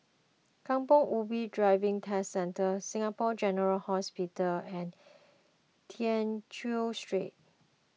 Kampong Ubi Driving Test Centre Singapore General Hospital and Tew Chew Street